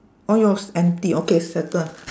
oh yours empty okay settle